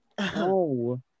No